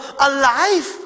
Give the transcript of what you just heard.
alive